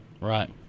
Right